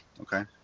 Okay